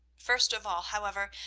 first of all, however,